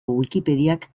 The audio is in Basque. wikipediak